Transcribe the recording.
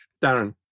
Darren